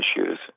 issues